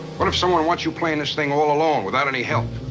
what if someone wants you playing this thing all alone, without any help?